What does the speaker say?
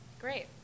great